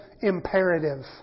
imperative